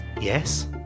Yes